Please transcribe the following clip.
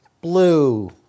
blue